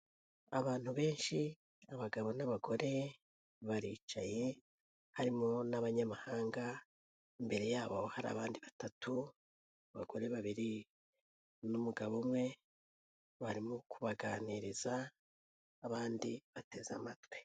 Abantu benshi, abagabo n'abagore, baricaye harimo n'abanyamahanga, imbere yabo hari abandi batatu, abagore babiri n'umugabo umwe, barimo kubaganiriza abandi bateze amatwi.